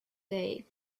day